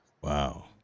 wow